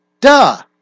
Duh